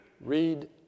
Read